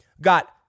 got